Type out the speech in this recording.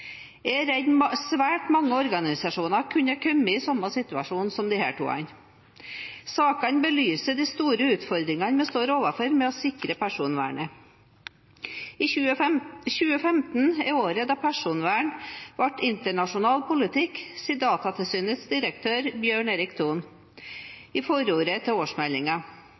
Jeg er redd svært mange organisasjoner kunne ha kommet i samme situasjon som disse to partiene. Sakene belyser de store utfordringene vi står overfor med å sikre personvernet. 2015 er «året da personvern ble internasjonal politikk», sier Datatilsynets direktør, Bjørn Erik Thon, i forordet til